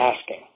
asking